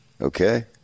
Okay